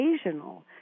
occasional